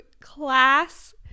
class